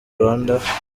rwanda